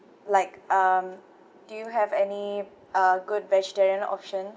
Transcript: like um do you have any uh good vegetarian options